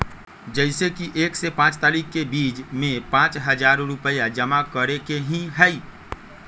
जैसे कि एक से पाँच तारीक के बीज में पाँच हजार रुपया जमा करेके ही हैई?